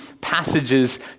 passages